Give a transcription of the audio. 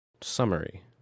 summary